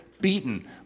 beaten